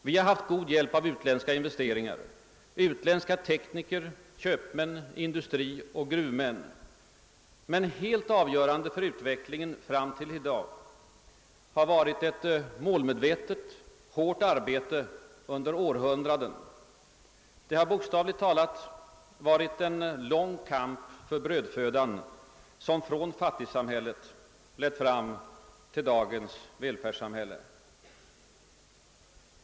Vi har haft god hjälp av utländska investeringar, av utländska tekniker, köpmän, industrimän och gruvmän. Men helt avgörande för utvecklingen fram till i dag har varit ett målmedvetet hårt arbete under århundraden. Det har bokstavligt talat varit en lång kamp för brödfödan, en kamp som från fattigsamhället lett fram till dagens välfärdssamhälle.